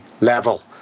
level